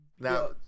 now